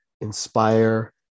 inspire